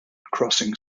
crossing